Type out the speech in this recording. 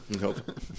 Nope